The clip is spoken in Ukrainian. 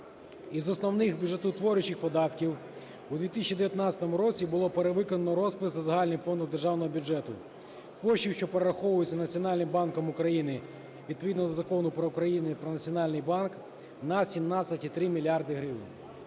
Із основних бюджетоутворюючих податків у 2019 році було перевиконано розпис за загальним фондом державного бюджету коштів, що перераховуються Національним банком України відповідно до Закону України про Національний банк, на 17,3 мільярда